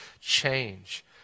change